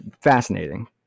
fascinating